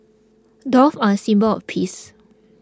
doves are symbol of peace